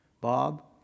Bob